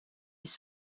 his